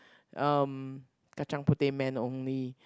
um kacang-puteh man only